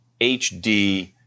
HD